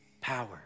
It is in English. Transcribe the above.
power